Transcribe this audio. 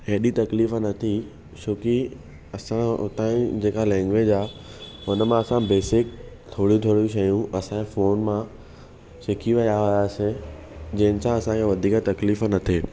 हेॾी तकलीफ़ न थी छो की असां उतां ई जेका लैंग्विज आहे हुन मां असां बेसिक थोरी थोरी शयूं असां फ़ोन मां सिखी विया हुआसीं जंहिंसां असांखे वधीक तकलीफ़ न थे